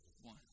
One